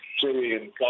Syrian